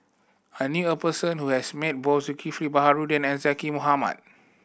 I knew a person who has met both Zulkifli Baharudin and Zaqy Mohamad